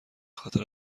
خاطر